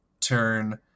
turn